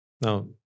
Now